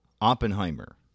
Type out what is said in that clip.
Oppenheimer